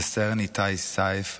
וסרן איתי סייף,